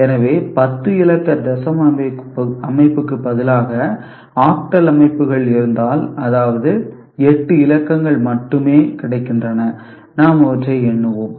எனவே 10 இலக்க தசம அமைப்பு க்கு பதிலாக ஆக்டல் அமைப்புகள் இருந்தால் அதாவது 8 இலக்கங்கள் மட்டுமே கிடைக்கின்றன நாம் அவற்றை எண்ணுவோம்